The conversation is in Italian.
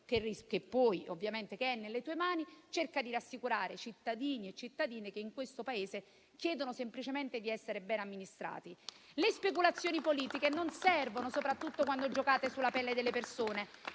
che puoi fare, ovviamente, e che è nelle tue mani, i cittadini e le cittadine che in questo Paese chiedono semplicemente di essere bene amministrati. Le speculazioni politiche non servono, soprattutto quando giocate sulla pelle delle persone